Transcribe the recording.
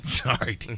Sorry